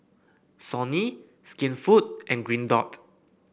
Sony Skinfood and Green Dot